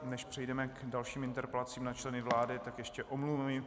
Než přejdeme k dalším interpelacím na členy vlády, tak ještě omluvy.